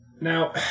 Now